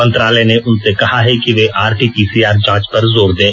मंत्रालय ने उनसे कहा है कि ये आरटी पीसीआर जांच पर जोर दें